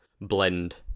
blend